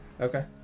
Okay